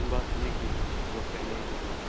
কোনোবা আহিছে নে কি কোনোবা ফ্ৰেইণ্ড আহিছে নে কি